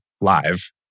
live